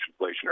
inflationary